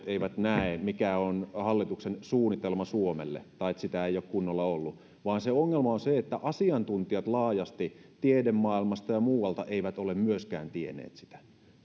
eivät näe mikä on hallituksen suunnitelma suomelle tai että sitä ei ole kunnolla ollut vaan se ongelma on se että asiantuntijat laajasti tiedemaailmassa ja muualla eivät ole myöskään tienneet sitä